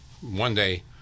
one-day